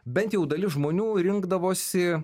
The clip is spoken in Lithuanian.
bent jau dalis žmonių rinkdavosi